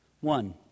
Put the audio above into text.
One